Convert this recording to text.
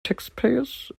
taxpayers